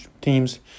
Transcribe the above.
teams